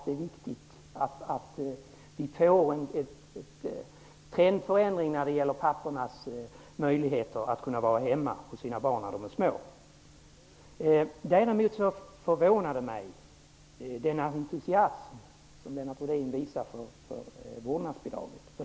Det är viktigt att vi får en trendförändring när det gäller pappornas möjligheter att vara hemma hos sina barn när de är små. Däremot förvånar det mig att Lennart Rohdin visar en sådan entusiasm för vårdnadsbidraget.